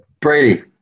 Brady